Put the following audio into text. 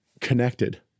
connected